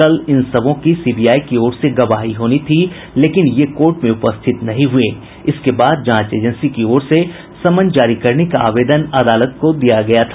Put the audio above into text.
कल इन सबों की सीबीआई की ओर से गवाही होनी थी लेकिन ये कोर्ट में उपस्थित नहीं हुए जिसके बाद जांच एजेंसी की ओर से समन जारी करने का आवेदन अदालत को दिया गया था